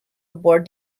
aboard